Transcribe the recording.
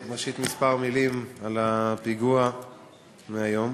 ראשית, כמה מילים על הפיגוע בירושלים היום.